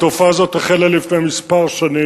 התופעה הזאת החלה לפני כמה שנים,